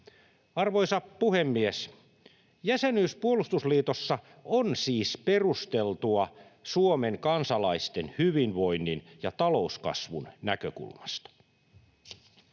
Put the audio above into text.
Arvoisa puhemies! Jäsenyys puolustusliitossa on siis perusteltua Suomen kansalaisten hyvinvoinnin ja talouskasvun näkökulmasta.